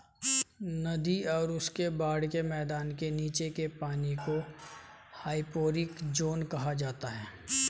नदी और उसके बाढ़ के मैदान के नीचे के पानी को हाइपोरिक ज़ोन कहा जाता है